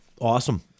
awesome